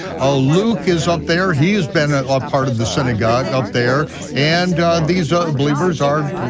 ah luke is up there, he's been a part of the synagogue up there and these believers are,